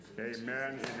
Amen